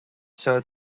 seo